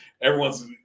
everyone's